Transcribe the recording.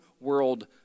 world